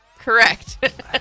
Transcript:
Correct